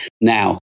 Now